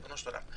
ריבונו של עולם,